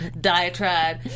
diatribe